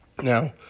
Now